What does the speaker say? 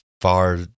far